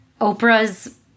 Oprah's